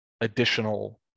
additional